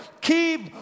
Keep